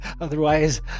Otherwise